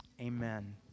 Amen